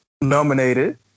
Nominated